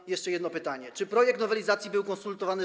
Mam jeszcze jedno pytanie: Czy projekt nowelizacji był konsultowany z